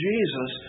Jesus